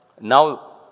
now